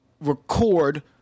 record